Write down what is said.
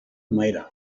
myra